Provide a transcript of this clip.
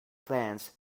plans